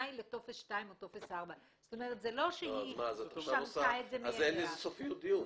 כתנאי לטופס 2 או טופס 4. אז אין לזה סופיות דיון.